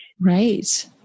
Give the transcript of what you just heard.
Right